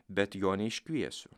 bet jo neiškviesiu